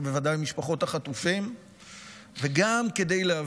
בטח ובוודאי אצל משפחות החטופים,